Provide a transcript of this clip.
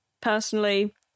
personally